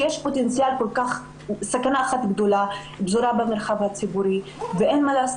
שיש סכנה אחת גדולה שפזורה במרחב הציבורי ואין מה לעשות,